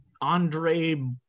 Andre